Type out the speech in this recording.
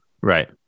right